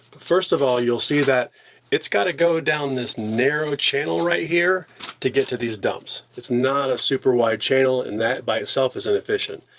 first of all, you'll see that it's gotta go down this narrow channel right here to get to these dumps. it's not a super wide channel, and that by itself, is inefficient.